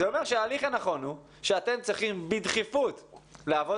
זה אומר שההליך הנכון הוא שאתם צריכים בדחיפות לעבוד